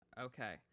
okay